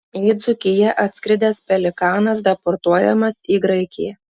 į dzūkiją atskridęs pelikanas deportuojamas į graikiją